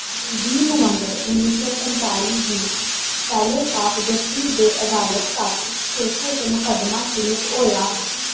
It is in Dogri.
बीह् नवंबर उन्नी सौ पंजताली गी पैलेस ऑफ जस्टिस दे अदालत कक्ष छे सौ च मकदमा शुरू होएआ